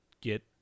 get